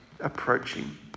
approaching